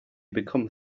become